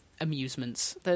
amusements